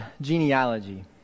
genealogy